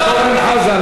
חבר הכנסת אורן חזן,